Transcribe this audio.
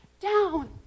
down